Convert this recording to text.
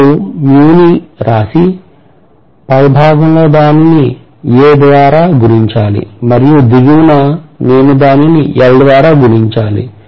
ఇప్పుడు ని రాసి పైభాగంలో దానిని A ద్వారా గుణించాలి మరియు దిగువన నేను దానిని L ద్వారా గుణించాలి